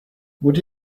would